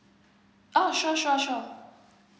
oh sure sure sure